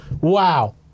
Wow